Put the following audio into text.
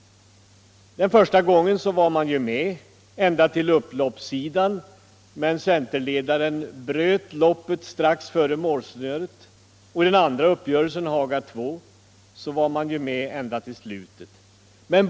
Den första gången var man med ända till upploppet, men centerledaren bröt av någon anledning loppet strax före målsnöret. I den andra uppgörelsen, Haga II, var centern med ända till slutet.